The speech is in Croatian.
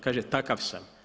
Kaže takav sam.